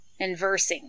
Inversing